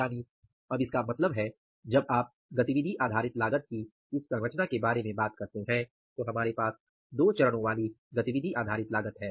यानि अब इसका मतलब है जब आप गतिविधि आधारित लागत की इस संरचना के बारे में बात करते हैं तो हमारे पास दो चरणों वाली गतिविधि आधारित लागत है